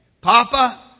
Papa